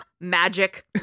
magic